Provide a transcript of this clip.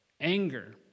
Anger